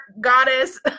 goddess